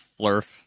flurf